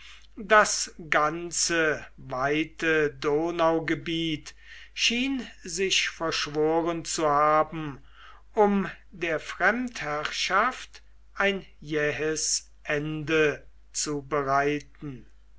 das ganze weite donaugebiet schien sich verschworen zu haben um der fremdherrschaft ein jähes ende zu bereiten